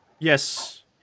yes